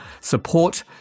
Support